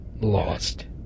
lost